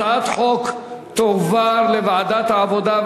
הצעת החוק תועבר לוועדת העבודה,